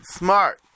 smart